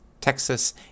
Texas